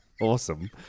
Awesome